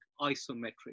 isometric